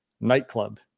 nightclub